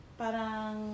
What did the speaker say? parang